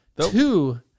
two